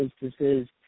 instances